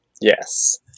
Yes